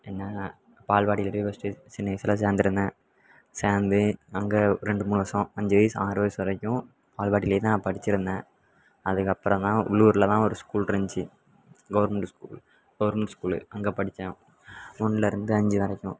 என்ன பால்வாடியில் போய் ஃபஸ்ட்டு சின்ன வயசில் சேர்ந்துருந்தேன் சேர்ந்து அங்கே ரெண்டு மூணு வருஷம் அஞ்சு வயது ஆறு வயது வரைக்கும் பால்வாடியிலேதான் நான் படிச்சுருந்தேன் அதுக்கப்புறந்தான் உள்ளூரில்தான் ஒரு ஸ்கூலிருந்ச்சி கவுர்மெண்ட்டு ஸ்கூல் கவுர்மெண்ட் ஸ்கூலு அங்கே படித்தேன் ஒன்றிலேருந்து அஞ்சு வரைக்கும்